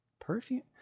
perfume